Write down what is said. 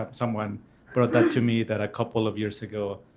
um someone brought that to me that a couple of years ago,